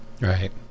Right